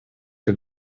как